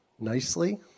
nicely